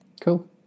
Cool